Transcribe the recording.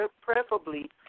preferably